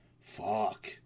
fuck